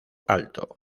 alto